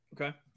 Okay